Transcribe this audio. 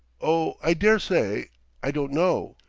oh, i dare say i don't know.